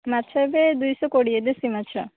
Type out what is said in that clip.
ମାଛ ଏବେ ଦୁଇଶହ କୋଡ଼ିଏ ଦେଶୀ ମାଛ